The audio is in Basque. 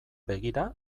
begira